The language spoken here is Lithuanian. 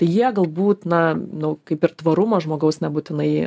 tai jie galbūt na nu kaip ir tvarumo žmogaus nebūtinai